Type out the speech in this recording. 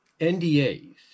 NDAs